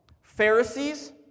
Pharisees